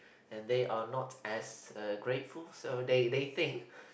and they are not as uh grateful so they they think